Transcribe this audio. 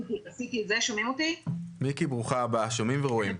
מיקי, ברוכה הבאה, שומעים ורואים.